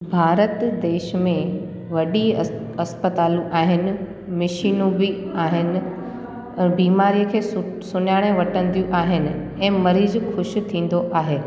भारत देश में वॾी अस्प इस्पतालूं आहिनि मिशीनूं बि आहिनि ऐं बीमारियूं खे सु सुञाणे वठंदियूं आहिनि ऐं मरीज़ु ख़ुशि थींदो आहे